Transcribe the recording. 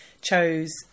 chose